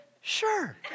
Sure